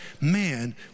man